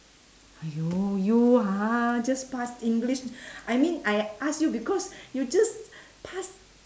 !haiyo! you ha just pass english I mean I ask you because you just pass